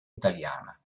italiana